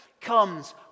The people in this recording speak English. comes